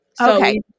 Okay